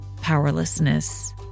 powerlessness